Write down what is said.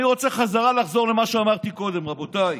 אני רוצה לחזור למה שאמרתי קודם, רבותיי.